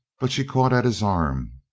but she caught at his arm.